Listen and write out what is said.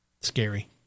Scary